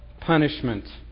punishment